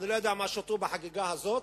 אני לא יודע מה הם שתו בחגיגה הזאת,